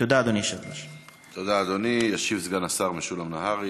תודה, אדוני היושב-ראש.